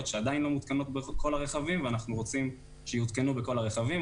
שעדיין לא מותקנות בכל הרכבים ואנחנו רוצים שיותקנו בכל הרכבים,